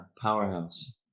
Powerhouse